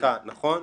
סליחה, נכון.